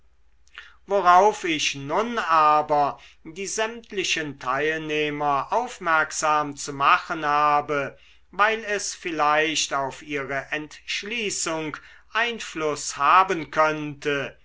worauf ich nun aber die sämtlichen teilnehmer aufmerksam zu machen habe weil es vielleicht auf ihre entschließung einfluß haben könnte